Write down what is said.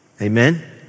Amen